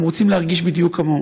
הם רוצים להרגיש בדיוק כמוהו.